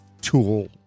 tool